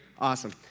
Awesome